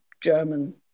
German